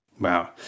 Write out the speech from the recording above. Wow